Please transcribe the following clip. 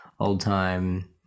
old-time